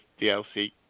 DLC